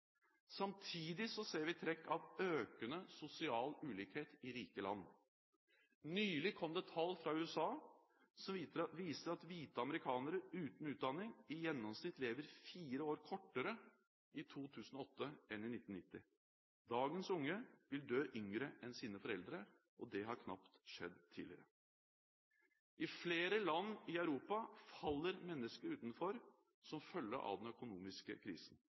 Samtidig ser vi trekk av økende sosial ulikhet i rike land. Nylig kom det tall fra USA som viser at hvite amerikanere uten utdanning i gjennomsnitt lever fire år kortere i 2008 enn i 1990. Dagens unge vil dø yngre enn sine foreldre. Det har knapt skjedd tidligere. I flere land i Europa faller mennesker utenfor som følge av den økonomiske krisen.